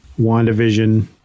WandaVision